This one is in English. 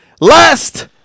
Last